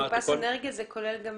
מאופס אנרגיה זה כולל גם